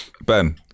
Ben